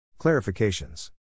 Clarifications